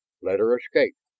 let her escape,